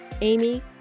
Amy